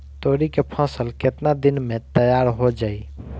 तोरी के फसल केतना दिन में तैयार हो जाई?